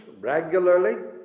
regularly